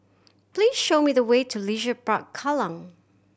please show me the way to Leisure Park Kallang